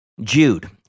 Jude